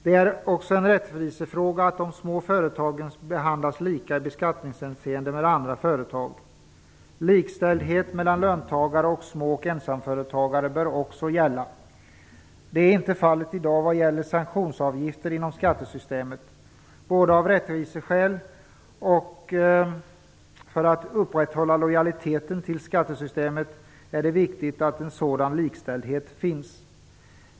Det är också en rättvisefråga att de små företagen behandlas likadant som andra företag i beskattningshänseende. Likställdhet mellan löntagare och små och ensamföretagare bör också gälla. Så är inte fallet i dag vad gäller sanktionsavgifter inom skattesystemet. Både av rättviseskäl och för att upprätthålla lojaliteten till skattesystemet är det viktigt att en sådan likställdhet finns.